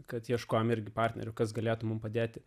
kad ieškojome irgi partnerių kas galėtų mums padėti